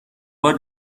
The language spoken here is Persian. بار